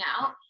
out